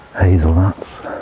hazelnuts